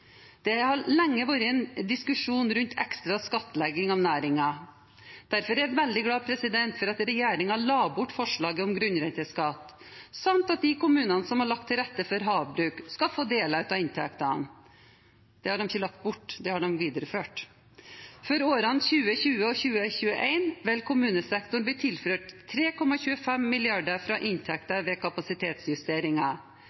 Det har lenge vært en diskusjon rundt ekstra skattlegging av næringen. Derfor er jeg veldig glad for at regjeringen la bort forslaget om grunnrenteskatt, samt at de kommunene som har lagt til rette for havbruk, skal få deler av inntektene – det har den ikke lagt bort, det har den videreført. For årene 2020 og 2021 vil kommunesektoren bli tilført 3,25 mrd. kr fra